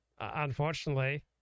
Unfortunately